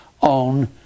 on